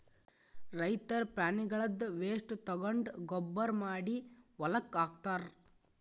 ರೈತರ್ ಪ್ರಾಣಿಗಳ್ದ್ ವೇಸ್ಟ್ ತಗೊಂಡ್ ಗೊಬ್ಬರ್ ಮಾಡಿ ಹೊಲಕ್ಕ್ ಹಾಕ್ತಾರ್